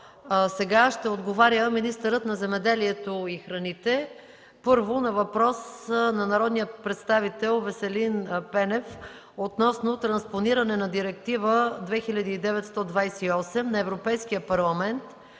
Сега ще отговаря министърът на земеделието и храните. Първо, на въпрос на народния представител Веселин Пенев относно транспониране на Директива 2009/128 на Европейския парламент